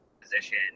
position